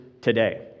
today